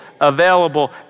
available